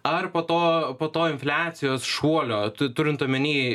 ar po to po to infliacijos šuolio turint omeny